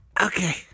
Okay